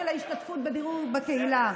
של ההשתתפות בדיור בקהילה?